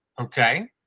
Okay